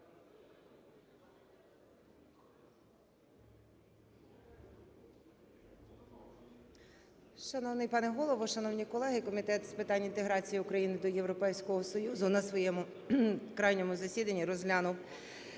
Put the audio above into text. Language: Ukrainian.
Шановний пане Голово, шановні колеги, Комітет з питань інтеграції України до Європейського Союзу на своєму крайньому засіданні розглянув